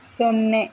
ಸೊನ್ನೆ